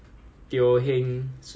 nah